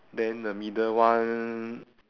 then the middle one